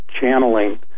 channeling